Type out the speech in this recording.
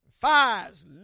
Fires